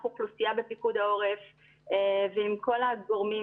אוכלוסייה בפיקוד העורף ועם כל הגורמים,